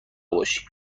باشی